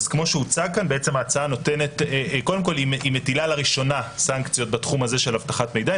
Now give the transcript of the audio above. אז היא מטילה לראשונה סנקציות בתחום הזה של אבטחת מידע.